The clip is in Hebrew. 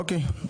אוקיי.